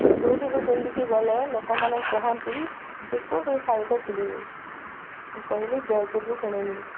ଯେଉଁଠି ବି ପିନ୍ଧିକି ଗଲେ ଲୋକମାନେ କୁହନ୍ତି ଯେ କେଉଁଠୁ ଶାଢ଼ୀଟା କିଣିଲୁ ମୁଁ କହିଲି ଜୟପୁରରୁ କିଣିଲି